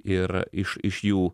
ir iš iš jų